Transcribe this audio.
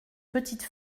petite